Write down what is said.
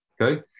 Okay